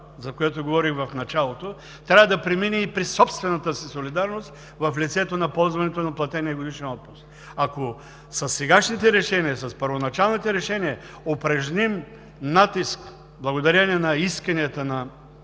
за което говорих в началото, той трябва да премине и през собствената си солидарност, в лицето на ползването на платения годишен отпуск. Ако със сегашните решения, с първоначалните решения, упражним натиск благодарение на исканията на